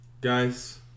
Guys